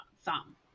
thumb